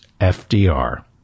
FDR